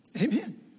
Amen